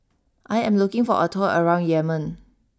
I am looking for a tour around Yemen